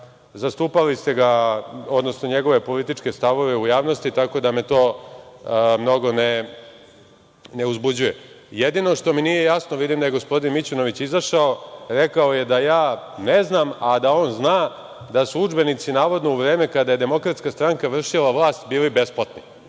zastupali ste ga, odnosno njegove političke stavove u javnosti, tako da me to mnogo ne uzbuđuje. Jedino što mi nije jasno, vidim da je gospodin Mićunović izašao, rekao je da ja ne znam, a da on zna, da su udžbenici navodno u vreme kada je DS vršila vlast bili besplatni,